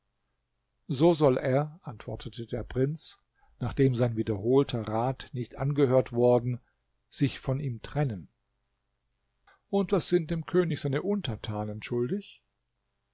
so soll er antwortete der prinz nachdem sein wiederholter rat nicht angehört worden sich von ihm trennen und was sind dem könig seine untertanen schuldig